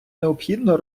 необхідно